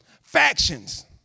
Factions